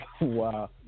Wow